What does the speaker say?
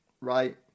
Right